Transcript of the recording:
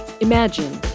Imagine